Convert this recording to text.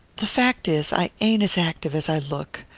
the fact is, i ain't as active as i look.